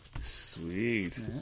Sweet